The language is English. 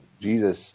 Jesus